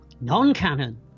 Non-canon